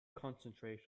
concentrate